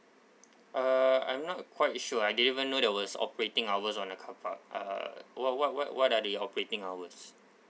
uh I'm not quite sure I didn't even know there was operating hours on a carpark uh what what what what are the operating hours